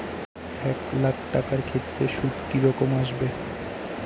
এক লাখ টাকার ক্ষেত্রে সুদ কি রকম আসবে?